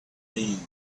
relieved